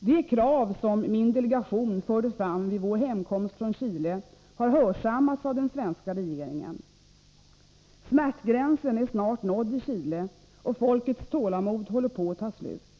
De krav som min delegation förde fram vid vår hemkomst från Chile har hörsammats av den svenska regeringen. Smärtgränsen är snart nådd i Chile, och folkets tålamod håller på att ta slut.